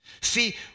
See